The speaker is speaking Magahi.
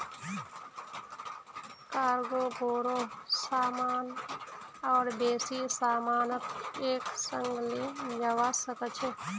कार्गो बोरो सामान और बेसी सामानक एक संग ले जव्वा सक छ